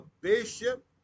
bishop